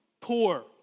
poor